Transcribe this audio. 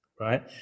right